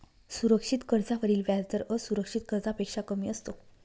सुरक्षित कर्जावरील व्याजदर असुरक्षित कर्जापेक्षा कमी असतो